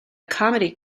comedy